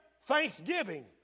thanksgiving